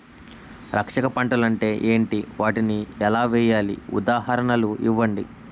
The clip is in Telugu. రక్షక పంటలు అంటే ఏంటి? వాటిని ఎలా వేయాలి? ఉదాహరణలు ఇవ్వండి?